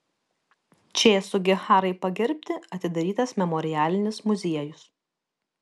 č sugiharai pagerbti atidarytas memorialinis muziejus